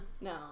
No